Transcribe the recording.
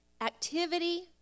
activity